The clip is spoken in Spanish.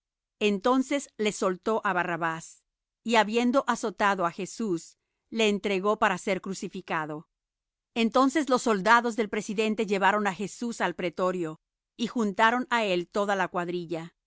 entonces les soltó á barrabás y habiendo azotado á jesús le entregó para ser crucificado entonces los soldados del presidente llevaron á jesús al pretorio y juntaron á él toda la cuadrilla